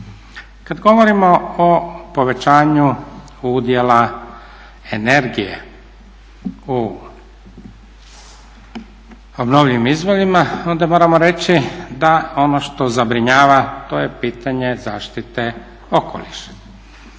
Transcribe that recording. Kada govorimo o povećanju udjela energije u obnovljivim izvorima onda moramo reći da ono što zabrinjava to je pitanje zaštite okoliša.